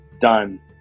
done